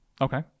Okay